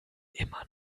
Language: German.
immer